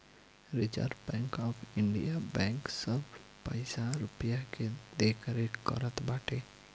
reserve bank of India bank सब पईसा रूपया के देखरेख करत बाटे